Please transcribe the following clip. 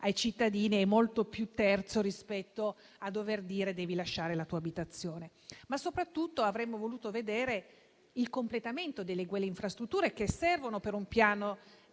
cittadini e molto più terzo nel dover dire loro di lasciare le proprie abitazioni. Soprattutto, avremmo voluto vedere il completamento di quelle infrastrutture che servono per un piano